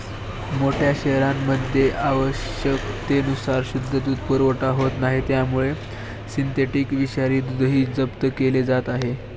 मोठ्या शहरांमध्ये आवश्यकतेनुसार शुद्ध दूध पुरवठा होत नाही त्यामुळे सिंथेटिक विषारी दूधही जप्त केले जात आहे